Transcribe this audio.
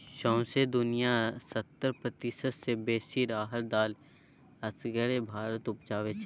सौंसे दुनियाँक सत्तर प्रतिशत सँ बेसी राहरि दालि असगरे भारत उपजाबै छै